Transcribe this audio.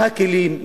מה הכלים,